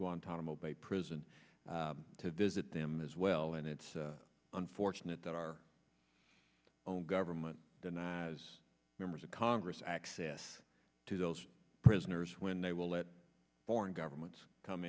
guantanamo bay prison to visit them as well and it's unfortunate that our own government denies members of congress access to those prisoners when they will let foreign governments come